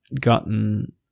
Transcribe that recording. gotten